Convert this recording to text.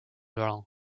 long